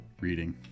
reading